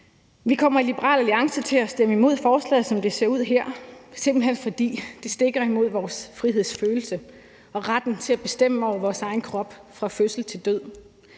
Vi kommer i Liberal Alliance til at stemme imod forslaget, som det ser ud her, simpelt hen fordi det stritter imod vores frihedsfølelse og retten til at bestemme over vores egen krop fra fødsel til død.